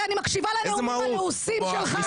הרי אני מקשיבה לנאומים המאוסים שלך בכנסת.